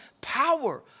power